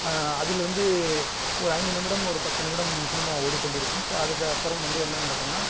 அதில் வந்து ஒரு ஐந்து நிமிடம் ஒரு பத்து நிமிடம் சினிமா ஓடிக்கொண்டிருக்கும் ஸோ அதுக்கப்புறம் வந்து என்ன நடக்குதுன்னா